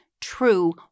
true